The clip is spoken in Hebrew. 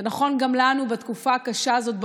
זה נכון גם לנו בתקופה הקשה הזאת,